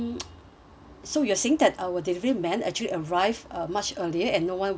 so you are saying that our delivery man actually arrived much earlier and no one was at home